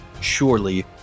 Surely